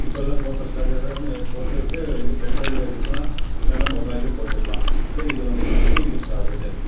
இப்பெல்லாம் photos stock ஆனோன்னே போட்டு விட்டு இது பென் ட்ரைவ்வில் ஏற்றிக்கலாம் இல்லைனா மொபைல்லேயும் போட்டுக்கலாம் ஸோ இது வந்து நம்மளுக்கு யூஸ் ஆகுது